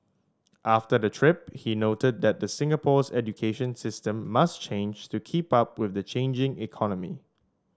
after the trip he noted that Singapore's education system must change to keep up with the changing economy